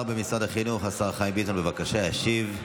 השר במשרד החינוך, השר חיים ביטון, בבקשה, ישיב.